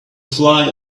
fly